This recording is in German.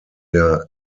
der